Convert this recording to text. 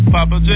Papa